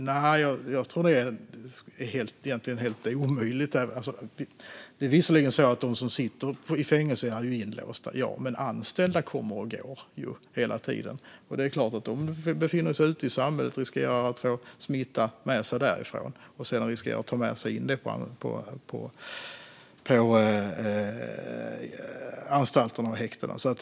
Nej, det tror jag är helt omöjligt. Visserligen är de som sitter i fängelse inlåsta, ja. Men anställda kommer ju och går hela tiden, och det är klart att de befinner sig ute i samhället och riskerar att få med sig smitta därifrån in till anstalterna och häktena.